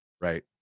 right